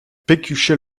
pécuchet